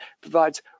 provides